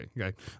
Okay